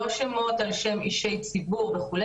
לא שמות על-שם אנשי ציבור וכו',